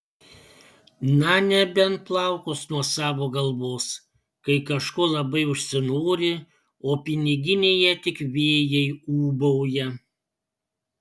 na nebent plaukus nuo savo galvos kai kažko labai užsinori o piniginėje tik vėjai ūbauja